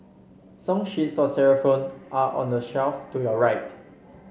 song sheets for xylophone are on the shelf to your right